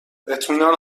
اطمینان